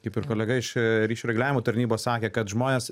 kaip ir kolega iš ryšių reguliavimo tarnybos sakė kad žmonės